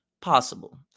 possible